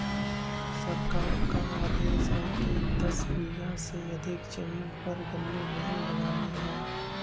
सरकार का आदेश है कि दस बीघा से अधिक जमीन पर गन्ने नही लगाने हैं